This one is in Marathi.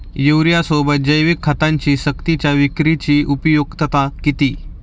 युरियासोबत जैविक खतांची सक्तीच्या विक्रीची उपयुक्तता किती?